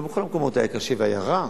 לא בכל המקומות היה קשה והיה רע.